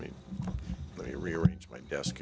mean they rearranged my desk